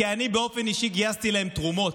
כי אני באופן אישי גייסתי להם תרומות,